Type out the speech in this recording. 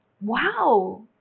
Wow